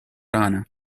rana